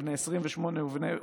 בני 28 ו-31,